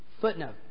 Footnote